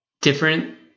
different